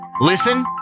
Listen